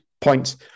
points